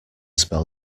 spell